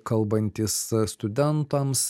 kalbantys studentams